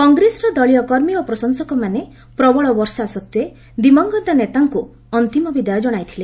କଂଗ୍ରେସର ଦଳୀୟ କର୍ମୀ ଓ ପ୍ରଶଂସକମାନେ ପ୍ରବଳ ବର୍ଷା ସତ୍ତ୍ୱେ ଦିବଂଗତ ନେତାଙ୍କୁ ଅନ୍ତିମ ବିଦାୟ ଜଣାଇଥିଲେ